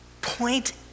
point